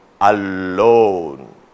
alone